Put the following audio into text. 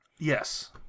yes